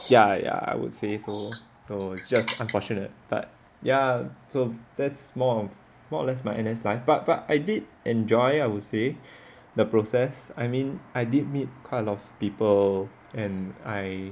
ya ya I would say so so it's just unfortunate but ya so that's more or less my N_S life but but I did enjoy I would say the process I mean I did meet quite a lot of people and I